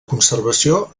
conservació